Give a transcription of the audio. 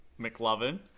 McLovin